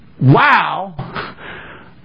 wow